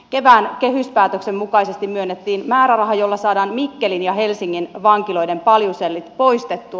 kevään kehyspäätöksen mukaisesti myönnettiin määräraha jolla saadaan mikkelin ja helsingin vankiloiden paljusellit poistettua